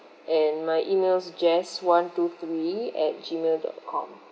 and my email's jess one two three at G mail dot com